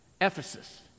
Ephesus